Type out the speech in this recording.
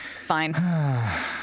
Fine